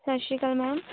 ਸਤਿ ਸ਼੍ਰੀ ਅਕਾਲ ਮੈਮ